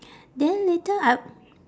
then later I